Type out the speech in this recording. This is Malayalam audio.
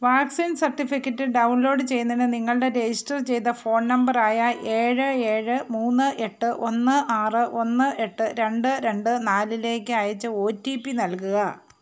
വാക്സിൻ സർട്ടിഫിക്കറ്റ് ഡൗൺ ലോഡ് ചെയ്യുന്നതിനു നിങ്ങളുടെ രജിസ്റ്റർ ചെയ്ത ഫോൺ നമ്പറായ ഏഴ് ഏഴ് മൂന്ന് എട്ട് ഒന്ന് ആറ് ഒന്ന് എട്ട് രണ്ട് രണ്ട് നാലിലേക്ക് അയച്ച ഒ ടി പി നൽകുക